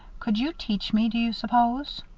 could you teach me, do you s'pose?